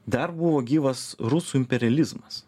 dar buvo gyvas rusų imperializmas